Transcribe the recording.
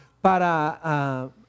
Para